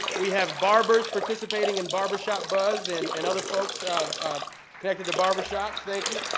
we have barbers participating in barbershop buzz and and other folks connected to barbershops. thank you.